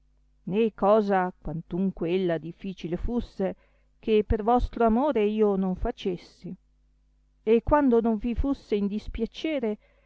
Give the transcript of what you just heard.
né è cosa quantunque ella difficile fusse che per vostro amore io non facessi e quando non vi fusse in dispiacere